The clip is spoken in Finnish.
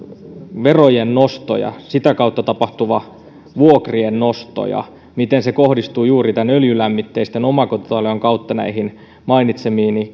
verojen nosto ja sitä kautta tapahtuva vuokrien nosto ja se miten se kohdistuu juuri näiden öljylämmitteisten omakotitalojen kautta näihin mainitsemiini